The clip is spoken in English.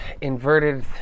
inverted